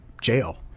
jail